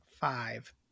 five